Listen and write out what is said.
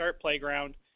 Playground